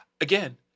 again